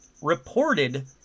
reported